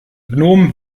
gnom